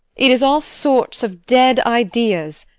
it is all sorts of dead ideas,